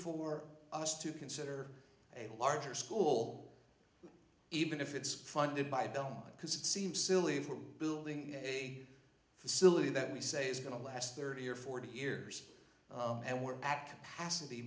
for us to consider a larger school even if it's funded by dumb because it seems silly if we're building a facility that we say is going to last thirty or forty years and we're back half of the